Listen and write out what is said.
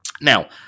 Now